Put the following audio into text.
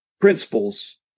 principles